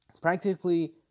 Practically